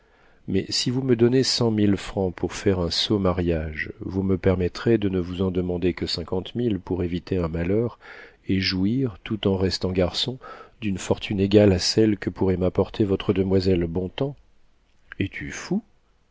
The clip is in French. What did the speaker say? mais si vous me donnez cent mille francs pour faire un sot mariage vous me permettrez de ne vous en demander que cinquante mille pour éviter un malheur et jouir tout en restant garçon d'une fortune égale à celle que pourrait m'apporter votre demoiselle bontems es-tu fou